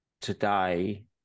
today